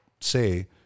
say